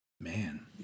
Man